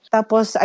Tapos